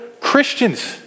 Christians